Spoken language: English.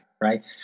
right